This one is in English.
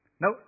Now